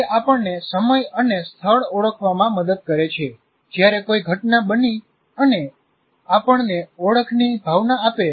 તે આપણને સમય અને સ્થળ ઓળખવામાં મદદ કરે છે જ્યારે કોઈ ઘટના બની અને આપણને ઓળખની ભાવના આપે